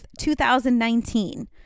2019